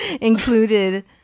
included